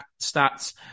stats